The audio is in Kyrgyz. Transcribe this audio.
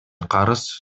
карыз